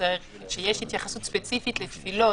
שיש התייחסות ספציפית לתפילות,